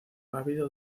ávido